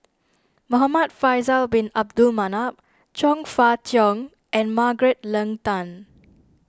Muhamad Faisal Bin Abdul Manap Chong Fah Cheong and Margaret Leng Tan